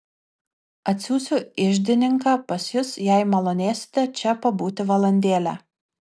atsiųsiu iždininką pas jus jei malonėsite čia pabūti valandėlę